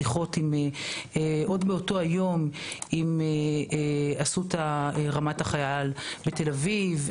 עוד באותו היום היו שיחות עם אסותא רמת החייל בתל-אביב,